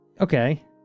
Okay